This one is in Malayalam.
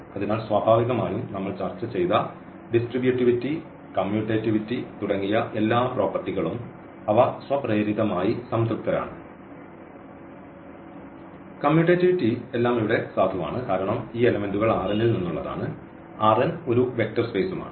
അതിനാൽ സ്വാഭാവികമായും നമ്മൾ ചർച്ച ചെയ്ത ഡിസ്ട്രിബുറ്റിവിറ്റി കമ്മ്യൂറ്റേറ്റിവിറ്റി തുടങ്ങിയ എല്ലാ പ്രോപ്പർട്ടികളും അവ സ്വപ്രേരിതമായി സംതൃപ്തരാണ് കമ്മ്യൂട്ടിവിറ്റി എല്ലാം ഇവിടെ സാധുവാണ് കാരണം ഈ എലെമെന്റുകൾ ൽ നിന്നുള്ളതാണ് ഒരു വെക്റ്റർ സ്പേസ് ആണ്